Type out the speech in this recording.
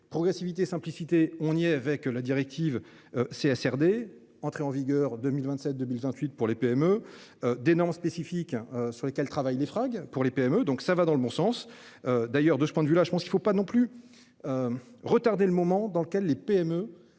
progressivité simplicité. On est avec la directive, c'est à cerner, entrée en vigueur. 2027 2028 pour les PME. Dénoncent spécifique sur lesquels travaillent les fringues pour les PME. Donc ça va dans le bon sens. D'ailleurs, de ce point de vue là je pense qu'il ne faut pas non plus. Retarder le moment dans lequel les PME.